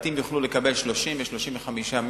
בתים יוכלו לקבל 35-30 מגה,